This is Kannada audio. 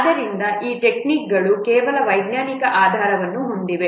ಆದ್ದರಿಂದ ಈ ಟೆಕ್ನಿಕ್ಗಳು ಕೆಲವು ವೈಜ್ಞಾನಿಕ ಆಧಾರವನ್ನು ಹೊಂದಿವೆ